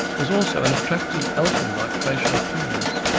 there is also an attractive elfin-like facial appearance,